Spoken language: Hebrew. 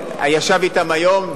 ישב אתם היום,